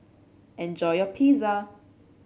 enjoy your Pizza